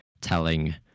telling